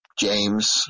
James